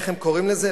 איך הם קוראים לזה,